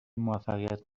موفقیت